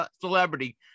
celebrity